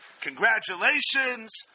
Congratulations